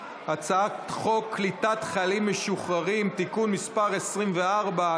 הצעת חוק קליטת חיילים משוחררים (תיקון מס' 24),